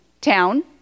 town